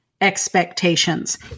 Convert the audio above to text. expectations